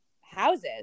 houses